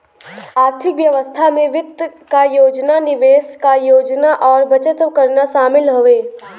आर्थिक व्यवस्था में वित्त क योजना निवेश क योजना और बचत करना शामिल हउवे